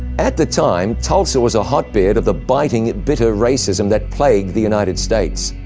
at the time, tulsa was a hotbed of the biting, bitter racism that plagued the united states.